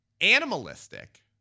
animalistic